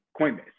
Coinbase